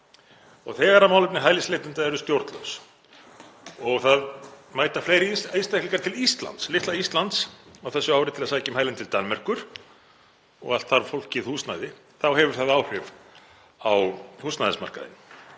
Þegar málefni hælisleitenda eru stjórnlaus og það mæta fleiri einstaklingar til Íslands, litla Íslands, á þessu ári til að sækja um hæli en til Danmerkur og allt þarf fólkið húsnæði þá hefur það áhrif á húsnæðismarkaðinn,